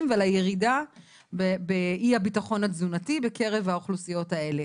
ועל הירידה באי-הביטחון התזונתי בקרב האוכלוסיות האלה.